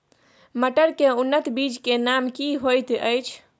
मटर के उन्नत बीज के नाम की होयत ऐछ?